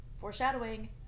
Foreshadowing